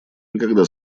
никогда